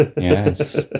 Yes